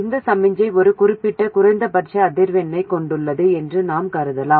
இந்த சமிக்ஞை ஒரு குறிப்பிட்ட குறைந்தபட்ச அதிர்வெண்ணைக் கொண்டுள்ளது என்று நாம் கருதலாம்